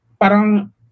parang